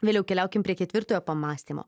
vėliau keliaukim prie ketvirtojo pamąstymo